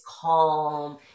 calm